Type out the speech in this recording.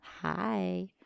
Hi